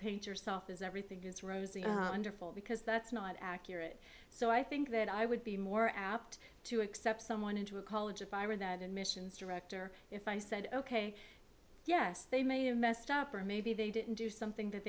paint yourself as everything is rosy because that's not accurate so i think that i would be more apt to accept someone into a college if i were that admissions director if i said ok yes they may have messed up or maybe they didn't do something that